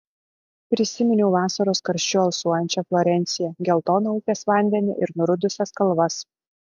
prisiminiau vasaros karščiu alsuojančią florenciją geltoną upės vandenį ir nurudusias kalvas